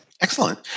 Excellent